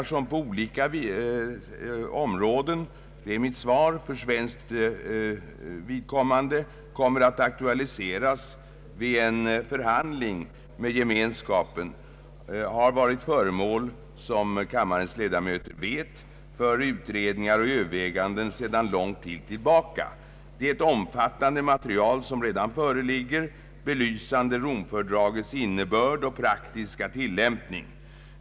De frågor på olika områden som för svenskt vidkommande kan aktualiseras vid en förhandling med Gemenskapen har sedan lång tid — som kammarens ledamöter vet — varit föremål för utredningar och överväganden. Ett omfattande material föreligger redan belysande Romfördragets innebörd och praktiska tillämpning.